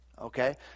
Okay